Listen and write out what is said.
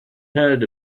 heard